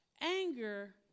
Anger